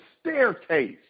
staircase